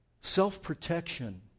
Self-protection